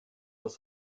dass